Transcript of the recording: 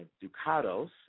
Ducados